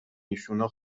ایشونا